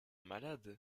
malade